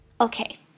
Okay